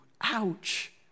Ouch